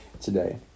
today